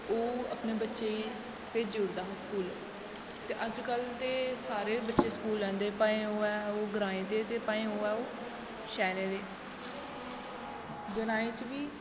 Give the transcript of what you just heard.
ते ओह् अपने बच्चें गी भेजी ओड़दा हा स्कूल ते अज्ज कल ते सारे बच्चे स्कूल आंदे भाएं ओह् होऐ ओह् ग्राएं दे ते भाएं ओह् होऐ ओह् शैह्रें दे ग्राएं च बी